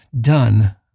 done